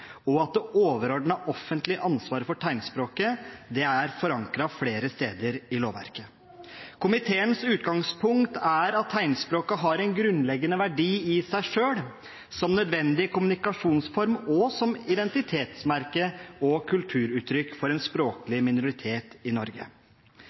og at det overordnede offentlige ansvaret for tegnspråket er forankret flere steder i lovverket. Komiteens utgangspunkt er at tegnspråket har en grunnleggende verdi i seg selv, som nødvendig kommunikasjonsform og som identitetsmerke og kulturuttrykk for en